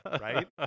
right